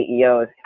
CEOs